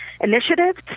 Initiatives